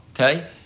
okay